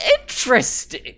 interesting